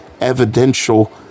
evidential